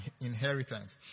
inheritance